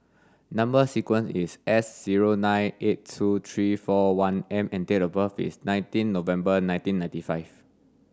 number sequence is S zero nine eight two three four one M and date of birth is nineteen November nineteen ninety five